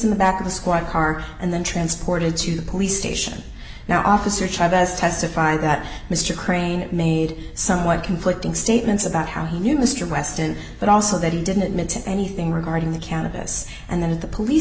in the back of the squad car and then transported to the police station now officer chavez testified that mr crane made somewhat conflicting statements about how he knew mr weston but also that he didn't mention anything regarding the cannabis and then at the police